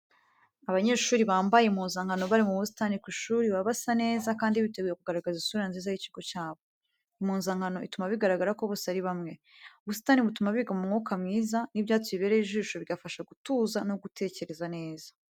Abanyeshuri bambaye impuzankano bari mu busitani ku ishuri baba basa neza kandi biteguye kugaragaza isura nziza y'ikigo cyabo. Impuzankano ituma bigaragara ko bose ari bamwe. Ubusitani butuma biga mu mwuka mwiza, n'ibyatsi bibereye ijisho, bigafasha gutuza no gutekereza neza.